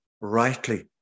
rightly